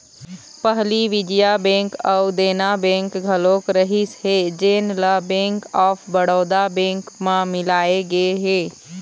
पहली विजया बेंक अउ देना बेंक घलोक रहिस हे जेन ल बेंक ऑफ बड़ौदा बेंक म मिलाय गे हे